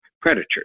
predators